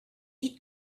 eat